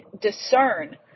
discern